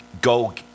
go